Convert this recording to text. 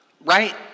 right